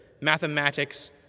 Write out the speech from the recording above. mathematics